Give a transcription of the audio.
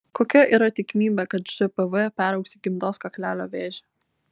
kokia yra tikimybė kad žpv peraugs į gimdos kaklelio vėžį